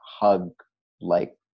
hug-like